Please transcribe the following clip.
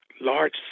large